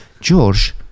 George